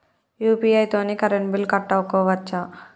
UPI తోని current bill కట్టుకోవచ్ఛా?